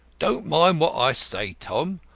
don't mind what i say tom.